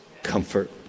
comfort